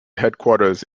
headquarters